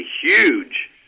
huge